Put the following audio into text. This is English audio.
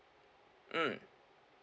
mm